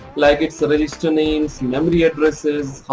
like its ah register names, memory addresses,